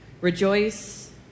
rejoice